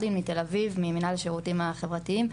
אביב, ממינהל השירותים החברתיים.